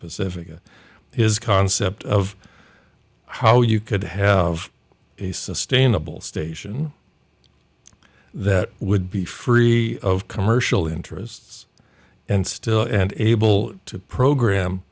pacifica his concept of how you could have a sustainable station that would be free of commercial interests and still and able to program